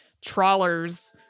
trawlers